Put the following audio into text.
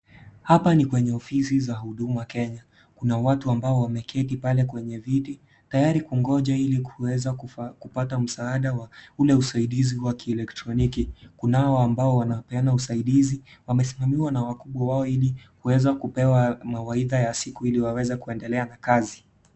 Hapa ni kwenye ofisi za Huduma Kenya, kuna watu ambao wameketi pale kwenye viti tayari kungoja ili kuweza kupata msaada wa ule usaidizi wa kielektroniki, kunao ambao wanapeana usaidizi wamesimamiwa na wakubwa wao ili kuweza kupewa mawaidha ya siku ili waweze kuendelea na kazi.